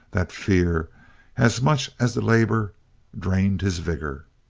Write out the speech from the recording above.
that fear as much as the labor drained his vigor.